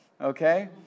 okay